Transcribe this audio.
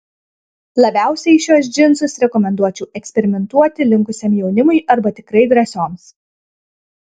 labiausiai šiuos džinsus rekomenduočiau eksperimentuoti linkusiam jaunimui arba tikrai drąsioms